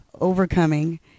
overcoming